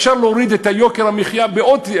אפשר להוריד את יוקר המחיה עוד,